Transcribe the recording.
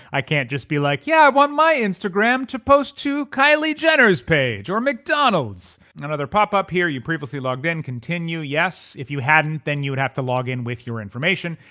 i can't just be like, yeah i want my instagram to post to kylie jenner's page or mcdonald's and another pop-up here you previously logged in, continue? yes. if you hadn't then you'd have to log in with your information.